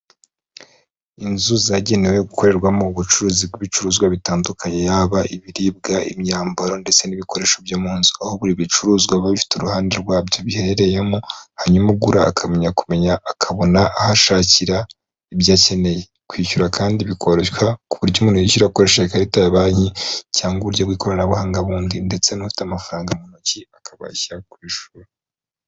Inzu zagenewe gukorerwamo ubucuruzi bw'ibicuruzwa bitandukanye yaba ibiribwa, imyambaro ndetse n'ibikoresho byo mu nzu, aho buri bicuruzwa biba bifite uruhande rwabyo biherereyemo, hanyuma ugura akamenya kumenya akabona aho ashakira ibyo akeneye, kwishyura kandi bikoroshwa ku buryo umuntu yishyura akoresheje ikarita ya banki cyangwa uburyo bw'ikoranabuhanga bundi ndetse n'ufite amafaranga mu ntoki akabasha kwishyura.